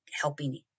helping